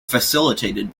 facilitated